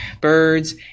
birds